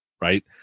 right